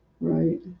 Right